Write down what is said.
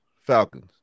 Falcons